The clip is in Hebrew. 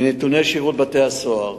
מנתוני שירות בתי-הסוהר